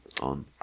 On